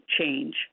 change